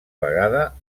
vegada